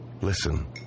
Listen